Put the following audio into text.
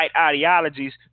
ideologies